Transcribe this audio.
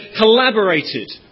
collaborated